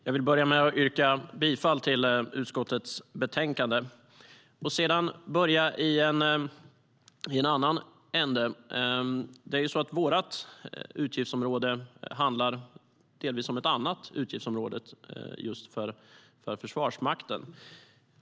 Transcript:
Herr talman! Jag vill börja med att yrka bifall till utskottets förslag i betänkandet och sedan börja i en annan ände. Vårt utgiftsområde handlar delvis om ett annat utgiftsområde, just för Försvarsmakten.